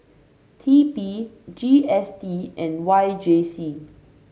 T P G S T and Y J C